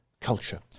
culture